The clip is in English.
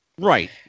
Right